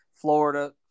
Florida